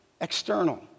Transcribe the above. External